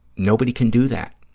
nobody can do that,